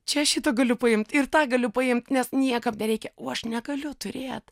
čia aš šitą galiu paimt ir tą galiu paimt nes niekam nereikia o aš negaliu turėt